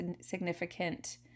significant